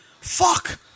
fuck